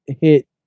hit